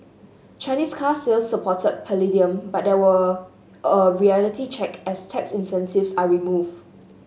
Chinese car sales supported palladium but there were a reality check as tax incentives are removed